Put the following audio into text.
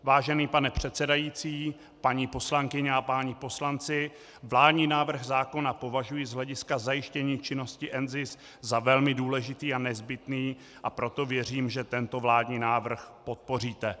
Vážený pane předsedající, paní poslankyně a páni poslanci, vládní návrh zákona považuji z hlediska zajištění činnosti NZIS za velmi důležitý a nezbytný, a proto věřím, že tento vládní návrh podpoříte.